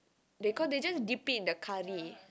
they cause they just dip it in the curry